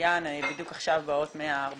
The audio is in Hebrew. שמצוין בדיוק עכשיו באות הרבה